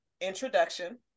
introduction